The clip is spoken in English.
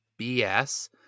BS